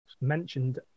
mentioned